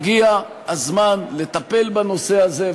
שהגיע הזמן לטפל בנושא הזה,